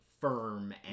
firm